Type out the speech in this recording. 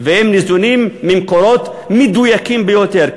וניזונים ממקורות מדויקים ביותר,